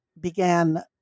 began